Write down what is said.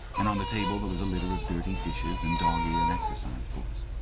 and on the table there was a litter of dirty dishes and dog-eared exercise-books.